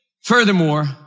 Furthermore